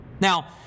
Now